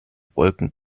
wolken